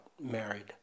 married